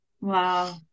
Wow